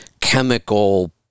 chemical